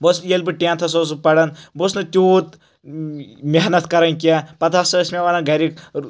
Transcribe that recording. بہٕ اوسُس ییٚلہِ بہٕ ٹؠنتھس اوسُس پران بہٕ اوسُس نہٕ تیوٗت محنت کران کینٛہہ پَتہٕ ہسا ٲسۍ مےٚ ونان گرِکۍ